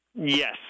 Yes